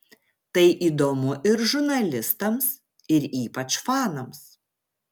tai įdomu ir žurnalistams ir ypač fanams